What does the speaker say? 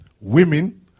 Women